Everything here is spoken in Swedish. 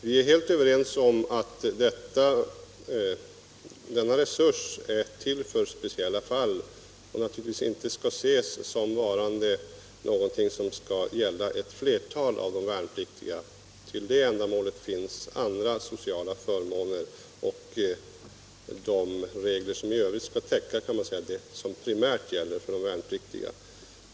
Vi är helt överens om att denna resurs är till för speciella fall och att den naturligtvis inte skall gälla ett flertal av de värnpliktiga. Till det ändamålet finns andra sociala förmåner enligt de regler som gäller för de värnpliktiga.